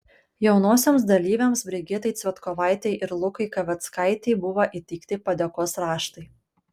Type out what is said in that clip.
jaunosioms dalyvėms brigitai cvetkovaitei ir lukai kaveckaitei buvo įteikti padėkos raštai